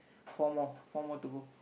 four more four more to go